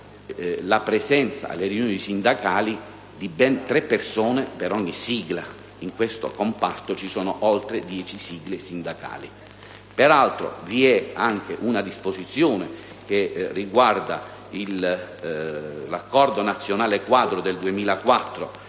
la presenza alle riunioni sindacali di ben tre persone per ogni sigla (in questo comparto ci sono oltre 10 sigle sindacali). Peraltro, vi è anche una disposizione, che riguarda l'accordo nazionale quadro del 2004